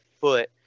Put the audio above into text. foot